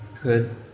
good